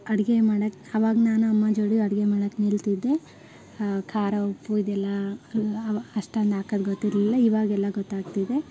ಅಡುಗೆ ಮಾಡೋಕ್ ಅವಾಗ ನಾನು ಅಮ್ಮನ ಜೋಡಿ ಅಡುಗೆ ಮಾಡೋಕ್ ನಿಲ್ತಿದ್ದೆ ಖಾರ ಉಪ್ಪು ಇದೆಲ್ಲಾ ಅಷ್ಟೊಂದು ಹಾಕೋದ್ ಗೊತ್ತಿರಲಿಲ್ಲ ಇವಾಗೆಲ್ಲ ಗೊತ್ತಾಗ್ತಿದೆ